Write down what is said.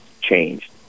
changed